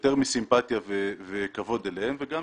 יותר מסימפטיה וכבוד אליהם וגם